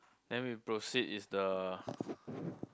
then we proceed is the